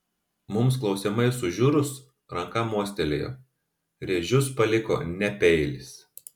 mums klausiamai sužiurus ranka mostelėjo rėžius paliko ne peilis